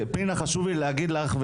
וחשוב לי להגיד לך,